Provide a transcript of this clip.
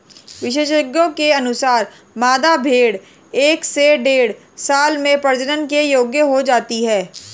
विशेषज्ञों के अनुसार, मादा भेंड़ एक से डेढ़ साल में प्रजनन के योग्य हो जाती है